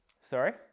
Sorry